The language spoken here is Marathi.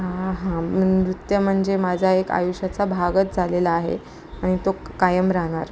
हा हा नृत्य म्हणजे माझा एक आयुष्याचा भागच झालेला आहे आणि तो कायम राहणार